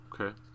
Okay